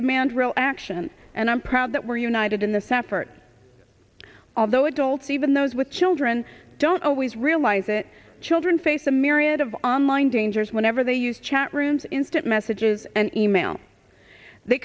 demand real action and i'm proud that we're united in the safford although adults even those with children don't always realize it children face the myriad of online dangers whenever they use chat rooms instant messages and email they